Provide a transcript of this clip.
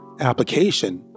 application